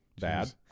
bad